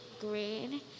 grade